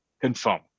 confirm